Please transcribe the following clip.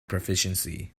proficiency